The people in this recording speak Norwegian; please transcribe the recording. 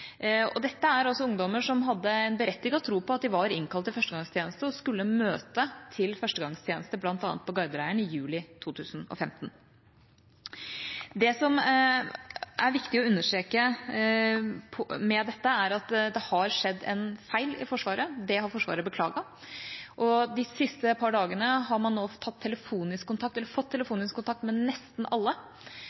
vandelsattest. Dette er ungdommer som hadde en berettiget tro på at de var innkalt til førstegangstjeneste og skulle møte til førstegangstjeneste, bl.a. i Gardeleiren, i juli 2015. Det som er viktig å understreke her, er at det har skjedd en feil i Forsvaret. Det har Forsvaret beklaget. De siste par dagene har man fått telefonisk kontakt med nesten alle.